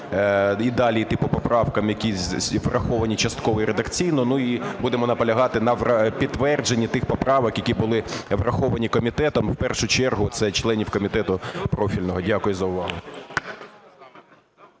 і далі йти по поправках, які враховані частково і редакційно. І будемо наполягати на підтвердженні тих поправок, які були враховані комітетом, у першу чергу це членів комітету профільного. Дякую за увагу.